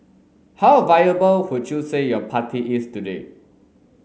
how a viable would you say your party is today